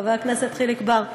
חבר הכנסת חיליק בר?